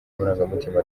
amarangamutima